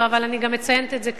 אבל אני גם מציינת את זה כאן,